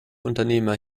unternehmer